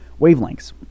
wavelengths